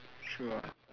true ah